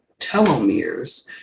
telomeres